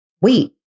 Wait